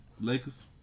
Lakers